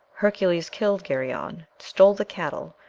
hercules killed geryon, stole the cattle,